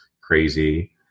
crazy